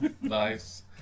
Nice